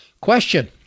question